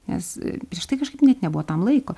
nes prieš tai kažkaip net nebuvo tam laiko